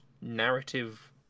narrative